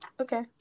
okay